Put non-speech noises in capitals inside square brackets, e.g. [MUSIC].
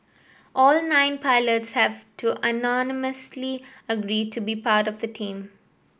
all nine pilots have to [UNINTELLIGIBLE] agree to be part of the team